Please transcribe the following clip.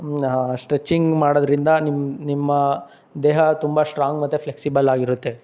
stretching ಮಾಡೋದರಿಂದ ನಿಮ್ಮ ನಿಮ್ಮ ದೇಹ ತುಂಬ ಸ್ಟ್ರಾಂಗ್ ಮತ್ತು ಫ್ಲೆಕ್ಸಿಬಲ್ ಆಗಿರುತ್ತೆ